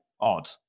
odd